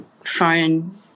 phone